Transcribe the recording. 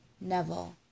Neville